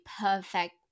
perfect